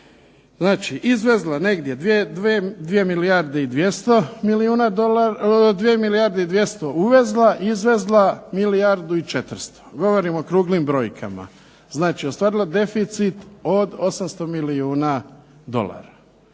znači izvezla negdje 2 milijarde i 200 milijuna, 2 milijarde i 200 uvezla, izvezla milijardu i 400. Govorim okruglim brojkama. Znači ostvarila deficit od 800 milijuna dolara.